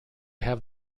have